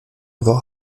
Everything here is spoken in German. woche